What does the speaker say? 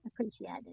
appreciated